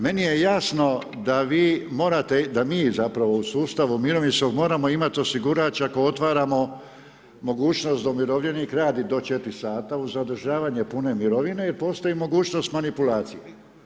Meni je jasno da vi morate, da mi zapravo u sustavu mirovinskog moramo imati osigurač ako otvaramo mogućnost da umirovljenik radi do 4 sata uz zadržavanje pune mirovine, jer postoji mogućnost manipulacije.